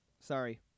Sorry